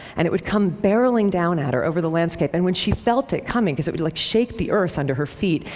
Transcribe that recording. and it would come barreling down at her over the landscape. and she felt it coming, because it would like shake the earth under her feet.